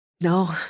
No